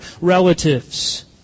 relatives